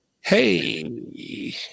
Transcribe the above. Hey